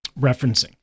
referencing